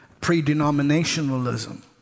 pre-denominationalism